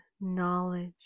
knowledge